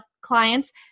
clients